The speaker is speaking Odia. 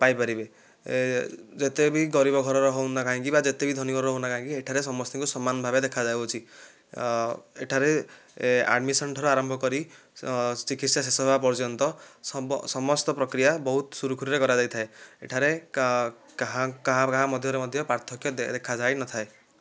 ପାଇପାରିବେ ଯେତେ ବି ଗରିବ ଘରର ହୁଅନ୍ତୁ ନା କାହିଁକି ବା ଯେତେ ବି ଧନୀ ଘରର ହୁଅନ୍ତୁ ନା କାହିଁକି ଏଠାରେ ସମସ୍ତଙ୍କୁ ସମାନ ଭାବେ ଦେଖାଯାଉଅଛି ଏଠାରେ ଆଡମିସନ୍ ଠାରୁ ଆରମ୍ଭ କରି ଚିକିତ୍ସା ଶେଷ ହେବା ପର୍ଯ୍ୟନ୍ତ ସମସ୍ତ ପ୍ରକ୍ରିୟା ବହୁତ ସୁରୁଖୁରୁରେ କରାଯାଇଥାଏ ଏଠାରେ କାହା କାହା ମଧ୍ୟରେ ମଧ୍ୟ ପାର୍ଥକ୍ୟ ମଧ୍ୟ ଦେଖାଯାଇନଥାଏ